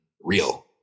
real